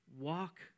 Walk